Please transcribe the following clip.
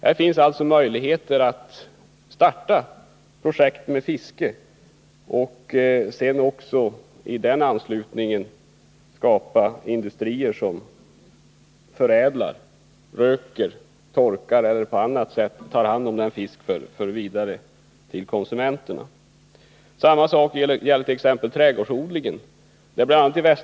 Det finns möjligheter att starta fiskeprojekt och att i anslutning till dessa bygga upp industrier som förädlar, dvs. röker, torkar eller på annat sätt tar hand om fisken för vidare befordran till konsumenterna. Samma sak gäller t.ex. trädgårdsodlingen.